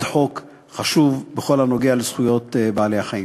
חוק חשוב בכל הנוגע לזכויות בעלי-החיים.